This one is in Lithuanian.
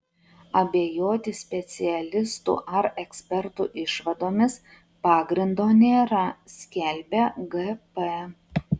abejoti specialistų ar ekspertų išvadomis pagrindo nėra skelbia gp